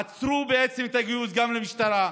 עצרו בעצם את הגיוס גם למשטרה,